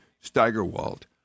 Steigerwald